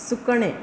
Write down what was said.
सुकणें